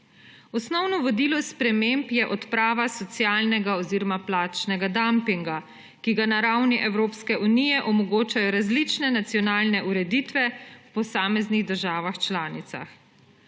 Osnovno vodilo sprememb je odprava socialnega oziroma plačnega dampinga, ki ga na ravni Evropske unije omogočajo različne nacionalne ureditve v posameznih državah članicah.